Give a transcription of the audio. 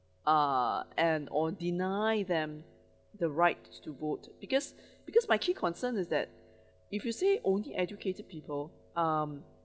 uh and or deny them the right to vote because because my key concern is that if you say only educated people um